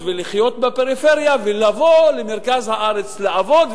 ולחיות בפריפריה ולבוא למרכז הארץ לעבוד,